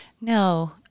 no